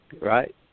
Right